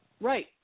Right